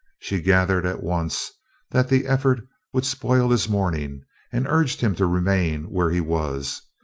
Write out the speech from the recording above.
she gathered at once that the effort would spoil his morning and urged him to remain where he was,